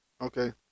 Okay